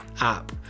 app